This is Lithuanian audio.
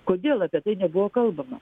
kodėl apie tai nebuvo kalbama